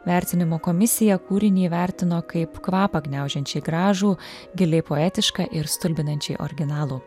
vertinimo komisija kūrinį įvertino kaip kvapą gniaužiančiai gražų giliai poetišką ir stulbinančiai originalų